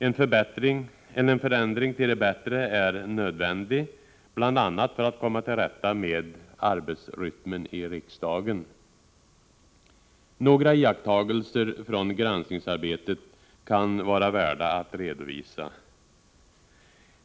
En förändring till det bättre är nödvändig, bl.a. för att komma till rätta med arbetsrytmen i riksdagen. Några iakttagelser från granskningsarbetet kan vara värda att redovisa.